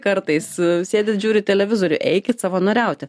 kartais sėdit žiūrit televizorių eikit savanoriauti